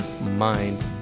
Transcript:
mind